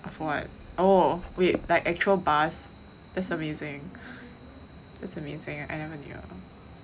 for what oh wait like actual bus that's amazing it's amazing I never knew